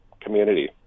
community